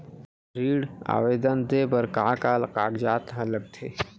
ऋण आवेदन दे बर का का कागजात ह लगथे?